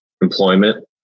employment